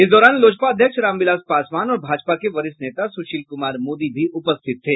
इस दौरान लोजपा अध्यक्ष रामविलास पासवान और भाजपा के वरिष्ठ नेता सुशील कुमार मोदी भी उपस्थित थे